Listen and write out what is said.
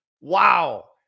Wow